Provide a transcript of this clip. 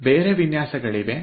ಇದರ ಬೇರೆ ವಿನ್ಯಾಸಗಳಿವೆ